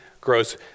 grows